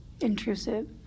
intrusive